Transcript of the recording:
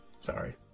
Sorry